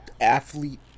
athlete